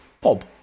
Bob